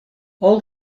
all